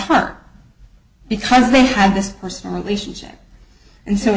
heart because they had this personal relationship and so